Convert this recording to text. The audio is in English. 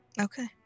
Okay